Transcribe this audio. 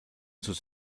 sus